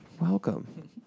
Welcome